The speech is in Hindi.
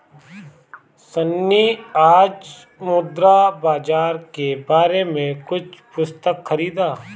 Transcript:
सन्नी आज मुद्रा बाजार के बारे में कुछ पुस्तक खरीदा